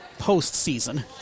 postseason